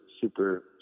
super